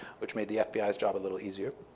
which made the fbi's job a little easier.